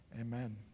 Amen